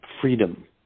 freedom